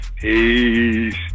Peace